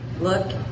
Look